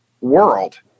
world